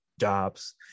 jobs